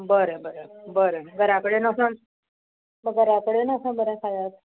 बरें बरें बरें घरा कडेन वसोन घरा कडेन वसोन बरें खायात